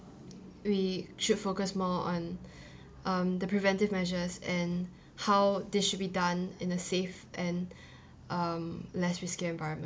we should focus more on um the preventive measures and how this should be done in a safe and um less risky environment